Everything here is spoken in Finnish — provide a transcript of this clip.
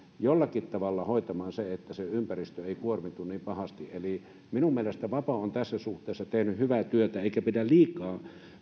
jollakin tavalla hoitamaan se että ympäristö ei kuormitu niin pahasti eli minun mielestäni vapo on tässä suhteessa tehnyt hyvää työtä eikä pidä liikaa